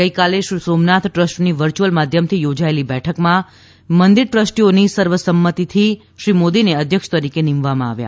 ગઈકાલે શ્રીસોમનાથ ટ્રસ્ટની વર્ચ્યુઅલ માધ્યમથી યોજાયેલી બેઠકમાં મંદિર ટ્રસ્ટીઓની સર્વસંમતિથી શ્રી મોદીને અધ્યક્ષ તરીકે નિમવામાં આવ્યા